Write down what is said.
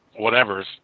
whatevers